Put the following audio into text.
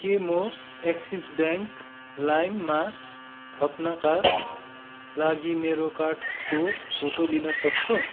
के म Axis bank लाइममा थप्नाका लागि मेरो कार्डको फोटो लिन सक्छु